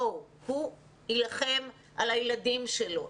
הוא יילחם על הילדים שלו.